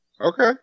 Okay